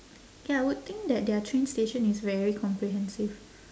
ya I would think that their train station is very comprehensive